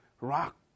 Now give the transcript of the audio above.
Rock